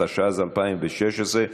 התשע"ז 2016,